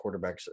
quarterbacks